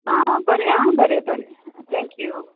आ बरें आ बरें बरें थँक यू